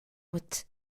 what